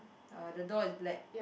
uh the door is black